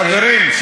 חברים,